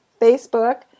Facebook